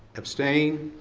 abstain?